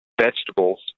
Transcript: vegetables